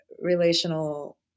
relational